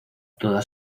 toda